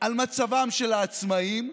על מצבם של העצמאים.